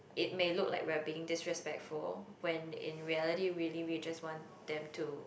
it may look like we're being just disrespectful when in reality really we just want them to